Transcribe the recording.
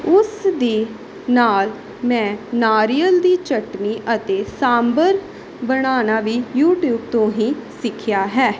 ਉਸ ਦੇ ਨਾਲ ਮੈਂ ਨਾਰੀਅਲ ਦੀ ਚਟਣੀ ਅਤੇ ਸਾਂਬਰ ਬਣਾਉਣਾ ਵੀ ਯੂਟੀਊਬ ਤੋਂ ਹੀ ਸਿੱਖਿਆ ਹੈ